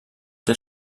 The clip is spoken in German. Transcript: der